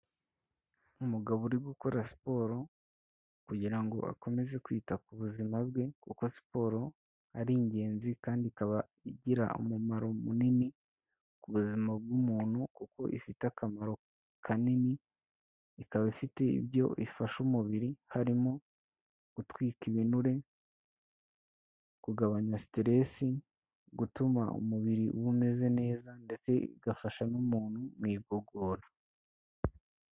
Umugabo uri gukora siporo kugira ngo akomeze kwita ku buzima bwe kuko siporo ari ingenzi kandi ikaba igira umumaro munini ku buzima bw'umuntu kuko ifite akamaro kanini, ikaba ifite ibyo ifasha umubiri harimo gutwika ibinure, kugabanya stress, gutuma umubiri uba umeze neza ndetse igafasha n'umuntu mu igogora.